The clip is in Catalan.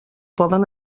poden